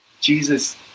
Jesus